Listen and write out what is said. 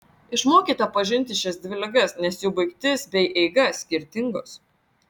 išmokite pažinti šias dvi ligas nes jų baigtis bei eiga skirtingos